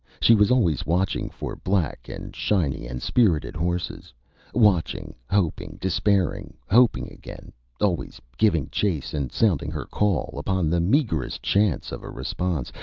she was always watching for black and shiny and spirited horses watching, hoping, despairing, hoping again always giving chase and sounding her call, upon the meagrest chance of a response,